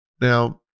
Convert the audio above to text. Now